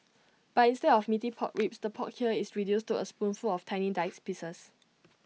but instead of Meaty Pork Ribs the pork here is reduced to A spoonful of tiny diced pieces